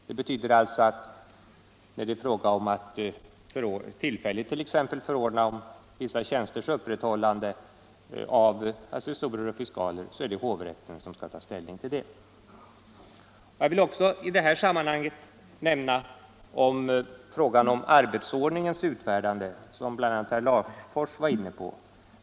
Det betyder t.ex. alltså att när det är fråga om att förordna om vissa tjänsters tillfälliga upprätthållande av assessorer och fiskaler, så är det hovrätten som skall ta ställning till det. Jag vill också i det här sammanhanget nämna frågan om arbetsordningens utfärdande, som bl.a. herr Larfors var inne på.